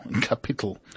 capital